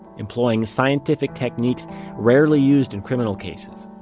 employing scientific techniques rarely used in criminal cases.